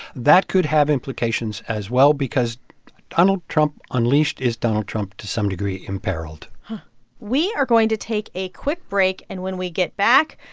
that could have implications as well because donald trump unleashed is donald trump, to some degree, imperiled we are going to take a quick break, and when we get back,